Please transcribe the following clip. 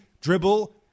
dribble